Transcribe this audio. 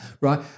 right